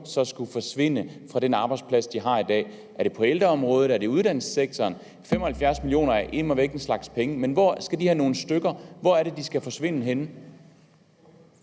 så skulle forsvinde fra den arbejdsplads, de har i dag? Er det på ældreområdet? Er det i uddannelsessektoren? 75 mia. kr. er immervæk en slags penge. Hvor henne er det at de her »nogle stykker« skal forsvinde?